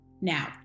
Now